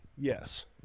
yes